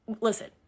listen